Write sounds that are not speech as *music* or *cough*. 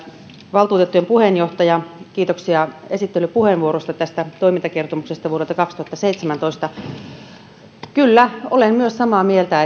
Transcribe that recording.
valtuutettujen puheenjohtaja totesi kiitoksia esittelypuheenvuorosta tästä toimintakertomuksesta vuodelta kaksituhattaseitsemäntoista kyllä olen myös samaa mieltä *unintelligible*